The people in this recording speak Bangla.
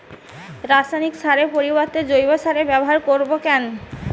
রাসায়নিক সারের পরিবর্তে জৈব সারের ব্যবহার করব কেন?